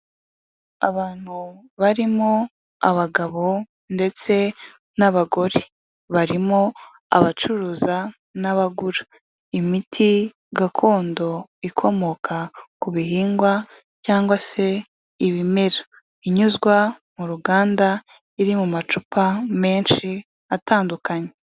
Abantu barimo abagabo ndetse n'abagore. Barimo abacuruza n'abagura imiti gakondo ikomoka ku bihingwa cyangwa se ibimera. Inyuzwa mu ruganda iri mu macupa menshi atandukanye.